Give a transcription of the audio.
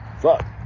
Fuck